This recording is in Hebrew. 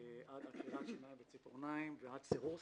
ועד עקירת שיניים וציפורניים ועד סירוס.